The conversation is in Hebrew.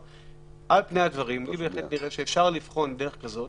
על פני הדברים נראה לי בהחלט שאפשר לבחון דרך כזאת